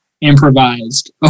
improvised